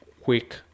quick